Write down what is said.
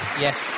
Yes